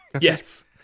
Yes